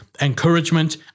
encouragement